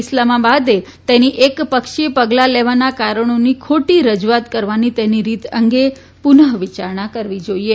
ઈસ્લામાબાદે તેની એક પક્ષીય પગલાં લેવાના કારણોની ખોટી રજૂઆત કરવાની તેની રીત અંગે પુનઃ વિચારણા કરવી જાઈએ